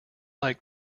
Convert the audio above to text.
like